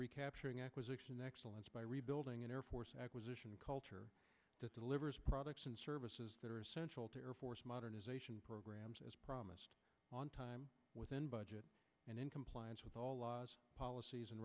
recapturing acquisition excellence by rebuilding an air force acquisition culture that delivers products and services that are essential to air force modernization programs as promised on time within budget and in compliance with policies and